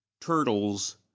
Turtles